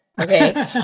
Okay